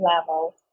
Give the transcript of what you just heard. level